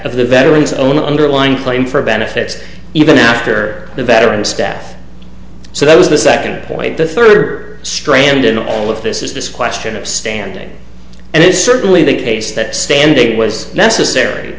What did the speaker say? of the veteran's own underlying claim for benefits even after the veteran staff so that was the second point the third strand in all of this is this question of standing and it is certainly the case that standing was necessary